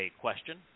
question